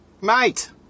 mate